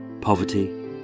poverty